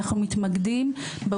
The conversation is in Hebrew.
ואנחנו מודעים,